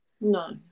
No